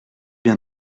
bien